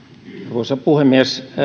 arvoisa puhemies